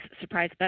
surprise